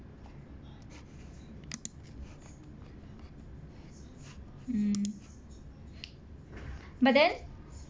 mm but then